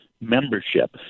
membership